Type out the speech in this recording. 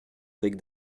avec